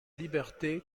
liberté